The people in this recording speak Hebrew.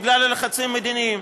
בגלל הלחצים המדיניים,